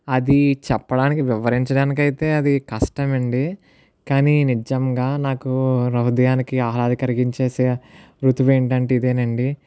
అది చెప్పడానికి వివరించడానికి అయితే అది కష్టమండి కానీ నిజంగా నాకు హృదయానికి ఆహ్లాదాన్ని కలిగించేసే ఋతువు ఏంటంటే ఇదేనండి